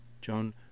John